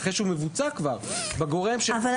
אחרי שהוא מבוצע כבר בגורם ש --- אבל